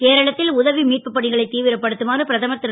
கேரளத் ல் உதவி மீட்புப் பணிகளை தீவிரப்படுத்துமாறு பிரதமர் ரு